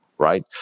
right